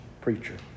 preacher